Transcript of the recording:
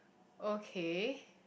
okay